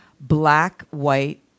black-white